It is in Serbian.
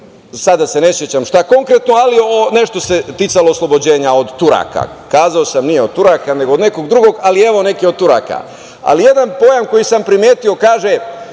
sada ne sećam šta konkretno, nešto se ticalo oslobođenja od Turaka. Rekao sam od Turaka, nego od nekog drugog, ali neka je od Turaka. Jedan pojam koji sam primetio kaže